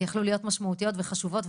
יכלו להיות משמעותיות וחשובות,